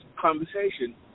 conversation